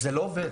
זה לא עובד,